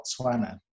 Botswana